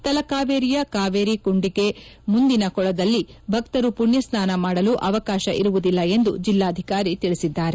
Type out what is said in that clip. ತಲಕಾವೇರಿಯ ಕಾವೇರಿ ಕುಂಡಿಕೆ ಮುಂದಿನ ಕೊಳದಲ್ಲಿ ಭಕ್ತರು ಪುಣ್ಯಸ್ನಾನ ಮಾಡಲು ಅವಕಾಶ ಇರುವುದಿಲ್ಲ ಎಂದು ಜಿಲ್ಲಾಧಿಕಾರಿ ತಿಳಿಸಿದ್ದಾರೆ